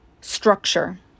structure